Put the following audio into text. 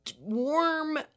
warm